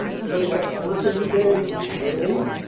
shows up to work every day early,